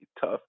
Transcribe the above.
tough